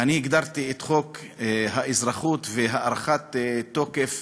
אני הגדרתי את חוק האזרחות והארכת תוקף